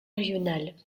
régionale